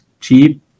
cheap